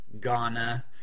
Ghana